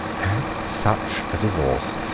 and such a divorce!